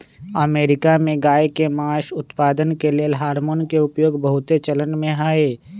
America में गायके मास उत्पादन के लेल हार्मोन के उपयोग बहुत चलनमें हइ